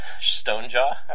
Stonejaw